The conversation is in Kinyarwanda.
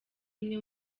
imwe